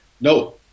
No